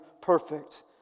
perfect